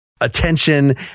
attention